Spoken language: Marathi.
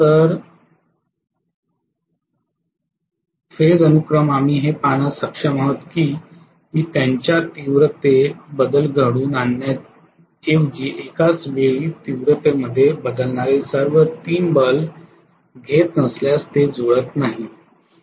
तर चरण अनुक्रम आम्ही हे पाहण्यास सक्षम आहोत की मी त्यांच्या तीव्रतेत बदल घडवून आणण्याऐवजी एकाच वेळी तीव्रतेमध्ये बदलणारे सर्व 3 बल्ब घेत नसल्यास ते जुळत नाहीत